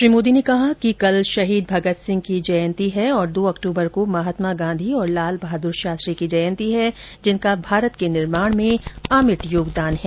श्री मोदी ने कहा कि कल शहीद भगतसिंह की जयन्ती है और दो अक्टूबर को महात्मा गांधी और लाल बहादुर शास्त्री की जयन्ती है जिनका भारत के निर्माण में अभिट योगदान है